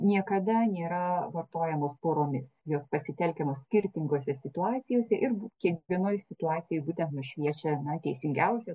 niekada nėra vartojamos poromis jos pasitelkiamos skirtingose situacijose ir kiekvienoj situacijoj būtent nušviečia teisingiausią